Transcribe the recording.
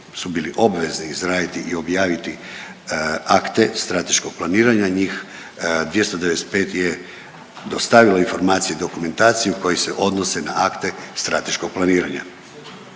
su bili obvezni izraditi i objaviti akte strateškog planiranja, njih 295 je dostavilo informacije i dokumentaciju koji se odnose na akte strateškog planiranja.